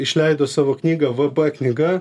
išleido savo knygą v b knyga